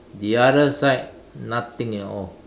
the other side nothing at all